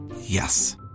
Yes